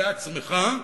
בעצמך.